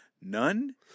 None